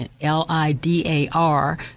L-I-D-A-R